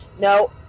no